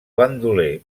bandoler